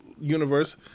universe